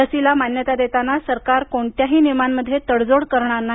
लसीला मान्यता देताना सरकार कोणत्याही नियमांमध्ये तडजोड करणार नाही